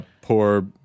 poor